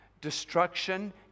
destruction